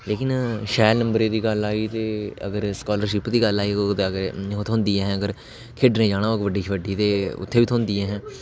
लेकिन शैल नम्बरें दी गल्ल आई ते अगर स्कालरशिप दी गल्ल आई ते अगर ओह् थ्होंदी अगर खेढने गी जाना होग कबड्डी शबड्डी ते उत्थै बी थ्होंदी